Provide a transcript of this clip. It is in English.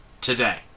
today